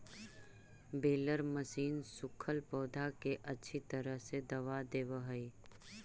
baler machine सूखल पौधा के अच्छी तरह से दबा देवऽ हई